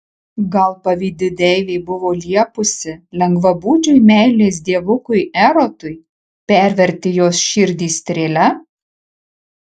gal pavydi deivė buvo liepusi lengvabūdžiui meilės dievukui erotui perverti jos širdį strėle